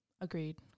Agreed